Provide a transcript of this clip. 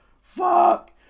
fuck